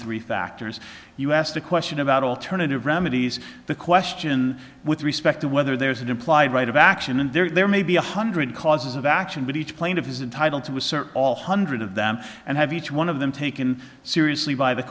three factors you asked a question about alternative remedies the question with respect to whether there's an implied right of action and there may be a hundred causes of action but each plane of his entitle to assert all hundred of them and have each one of them taken seriously by the